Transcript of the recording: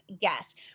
guest